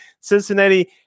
Cincinnati